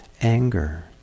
anger